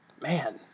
man